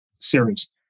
series